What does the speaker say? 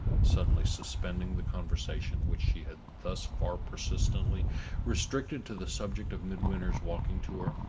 suddenly suspending the conversation which she had thus far persistently restricted to the subject of midwinter's walking tour,